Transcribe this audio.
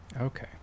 Okay